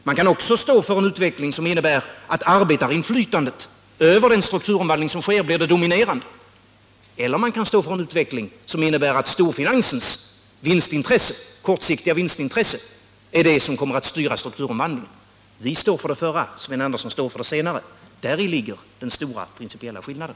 Man kan också stå för en utveckling som innebär att arbetarinflytandet över strukturomvandlingen blir det dominerande, eller man kan välja en utveckling som innebär att storfinansens kortsiktiga vinstintresse kommer att styra strukturomvandlingen. Vi står för det förra, Sven Andersson för det senare. Däri ligger den stora principiella skillnaden.